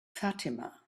fatima